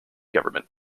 government